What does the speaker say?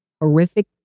horrific